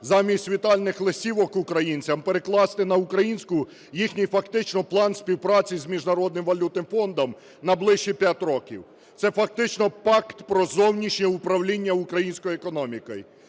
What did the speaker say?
замість вітальних листівок українцям, перекласти на українську їхній, фактично, план співпраці з Міжнародним валютним фондом на ближчі 5 років. Це фактично пакт про зовнішнє управління українською економікою,